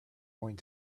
going